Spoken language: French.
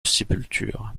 sépulture